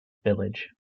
village